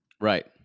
Right